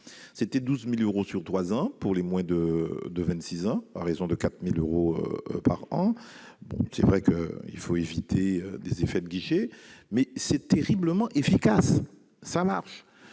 s'élevait à 12 000 euros sur trois ans pour les moins de 26 ans, à raison de 4 000 euros par an. C'est vrai qu'il faut éviter des effets de guichet, mais ces dispositifs sont terriblement efficaces.